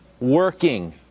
working